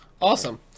Awesome